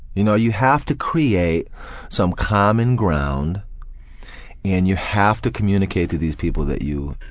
you know you have to create some common ground and you have to communicate to these people that you